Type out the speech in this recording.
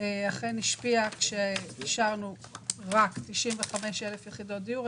השפיעה ואישרנו בה רק 95,000 יחידות דיור.